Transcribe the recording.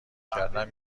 کردن